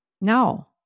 No